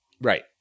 Right